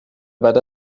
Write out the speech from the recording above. بعد